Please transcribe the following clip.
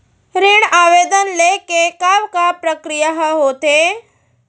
ऋण आवेदन ले के का का प्रक्रिया ह होथे?